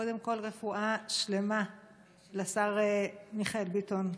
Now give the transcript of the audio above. קודם כול רפואה שלמה לשר מיכאל ביטון.